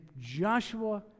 Joshua